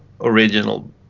original